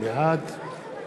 בעד